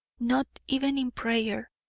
not even in prayer.